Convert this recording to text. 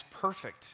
perfect